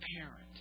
parent